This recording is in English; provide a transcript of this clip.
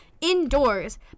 indoors